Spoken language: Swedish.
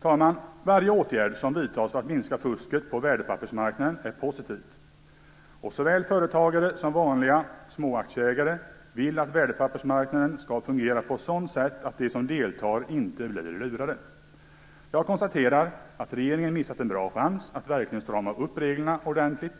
talman! Varje åtgärd som vidtas för att minska fusket på värdepappersmarknaden är positiv. Såväl företagare som vanliga småaktieägare vill att värdepappersmarknaden skall fungera på ett sådant sätt att de som deltar inte blir lurade. Jag konstaterar att regeringen missat en bra chans att verkligen strama upp reglerna ordentligt.